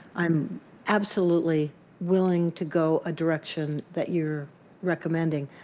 i am absolutely willing to go a direction that you are recommending.